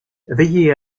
veiller